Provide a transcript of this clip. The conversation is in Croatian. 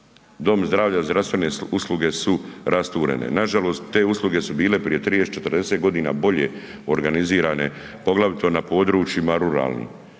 dom zdravlja zdravstvene usluge su rasturene. Nažalost te usluge su bile prije 30, 40 godina bolje organizirane, poglavito na područjima ruralnim,